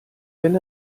wenn